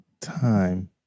time